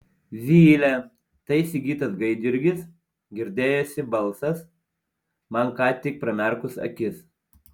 zylė tai sigitas gaidjurgis girdėjosi balsas man ką tik pramerkus akis